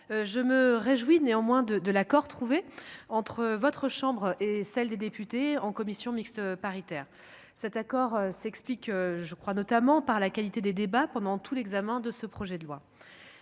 je me réjouis néanmoins de de l'accord trouvé entre votre chambre et celle des députés en commission mixte paritaire, cet accord s'explique, je crois, notamment par la qualité des débats pendant tout l'examen de ce projet de loi,